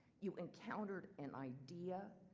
you encountered an idea,